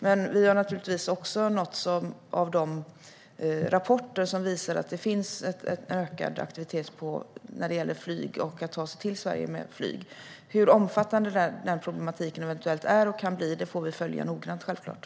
Men vi har naturligtvis också nåtts av de rapporter som visar att det finns en ökad aktivitet när det gäller flyg och att ta sig till Sverige med flyg. Hur omfattande den problematiken eventuellt är och kan bli får vi självklart följa noggrant.